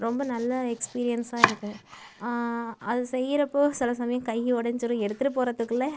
ரொம்ப நல்ல எக்ஸ்பீரியன்ஸாக இருக்கும் அது செய்யிறப்போ சில சமயம் கை உடஞ்சிரும் எடுத்துட்டு போகிறத்துக்குள்ள